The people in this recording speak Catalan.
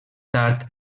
tard